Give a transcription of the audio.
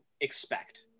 expect